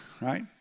right